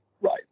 Right